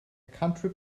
country